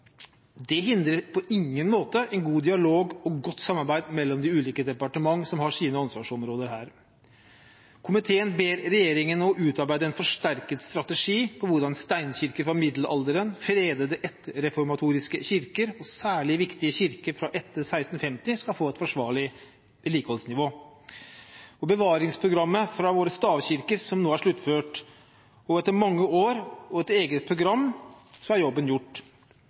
Det hindrer på ingen måte en god dialog og godt samarbeid mellom de ulike departement som har sine ansvarsområder her. Komiteen ber regjeringen utarbeide en forsterket strategi for hvordan steinkirker fra middelalderen, fredede etterreformatoriske kirker og særlig viktige kirker fra etter 1650 skal få et forsvarlig vedlikeholdsnivå. Bevaringsprogrammet for våre stavkirker er nå sluttført. Etter mange år og et eget program er jobben gjort.